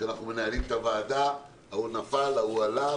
כשאנחנו מנהלים את הוועדה ההוא נפל, ההוא הלך.